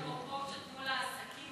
מה עם הפרופורציות מול העסקים